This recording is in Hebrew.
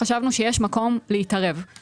חשבנו שיש מקום להתערב.